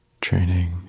training